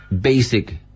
basic